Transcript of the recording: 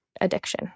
addiction